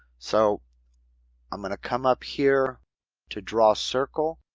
so i'm going come up here to draw circle.